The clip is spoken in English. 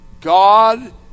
God